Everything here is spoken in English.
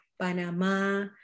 Panama